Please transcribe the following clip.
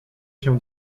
się